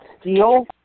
steel